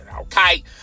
okay